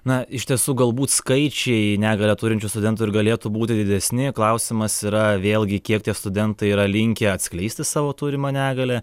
na iš tiesų galbūt skaičiai negalią turinčių studentų ir galėtų būti didesni klausimas yra vėlgi kiek tie studentai yra linkę atskleisti savo turimą negalią